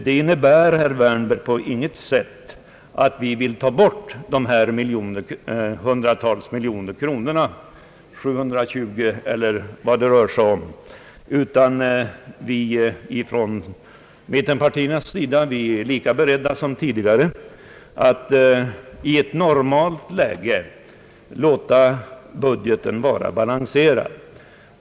Det innebär, herr Wärnberg, på intet sätt att vi vill ta bort de hundratals miljoner kronorna — 720 eller vad det rör sig om. Vi är från mittenpartiernas sida lika beredda som tidigare att i ett normalt läge låta budgeten vara balanserad.